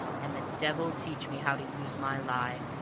and the devil teach me how to use my lie!